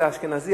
אלא אשכנזי,